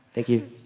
thank you.